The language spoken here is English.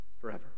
forever